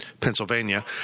Pennsylvania